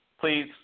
Please